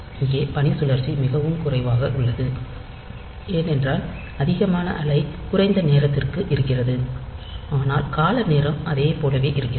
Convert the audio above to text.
இங்கே பணிச்சுழற்சி மிகவும் குறைவாக உள்ளது ஏனென்றால் அதிகமான அலை குறைந்த நேரத்திற்கு இருக்கிறது ஆனால் கால நேரம் அதே போலவே இருக்கிறது